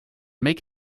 make